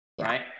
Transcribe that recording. right